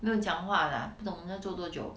没有讲话的 ah 不懂人家做多久